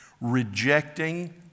rejecting